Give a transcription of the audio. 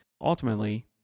ultimately